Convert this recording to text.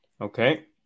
Okay